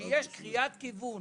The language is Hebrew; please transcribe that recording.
שהיא מעין קריאת כיוון